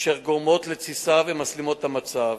אשר גורמות לתסיסה ומסלימות את המצב.